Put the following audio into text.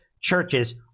churches